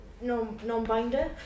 non-binder